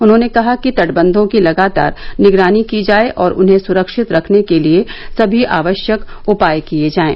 उन्होंने कहा कि तटबंधों की लगातार निगरानी की जाए और उन्हें सुरक्षित रखने के लिए सभी आवश्यक उपाय किए जाएं